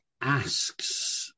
asks